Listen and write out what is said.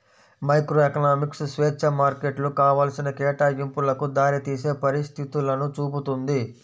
microeconomics స్వేచ్ఛా మార్కెట్లు కావాల్సిన కేటాయింపులకు దారితీసే పరిస్థితులను చూపుతుంది